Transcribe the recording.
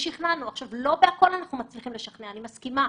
לא בהכל אנחנו מצליחים לשכנע, אני מסכימה.